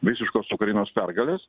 visiškos ukrainos pergalės